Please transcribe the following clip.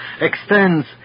extends